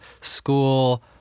school